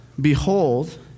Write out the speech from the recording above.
Behold